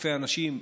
אלפי אנשים,